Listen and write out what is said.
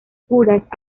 curas